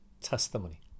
testimony